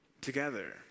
together